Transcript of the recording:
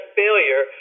failure